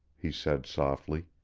he said softly.